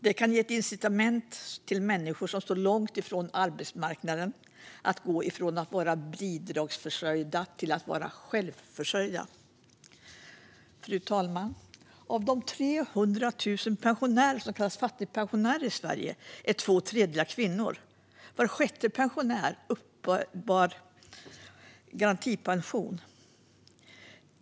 Detta kan ge människor som står långt ifrån arbetsmarknaden ett incitament att gå från att vara bidragsförsörjda till att vara självförsörjande. Fru talman! Av de 300 000 pensionärer i Sverige som kallas fattigpensionärer är två tredjedelar kvinnor. Var sjätte pensionär uppbär garantipension.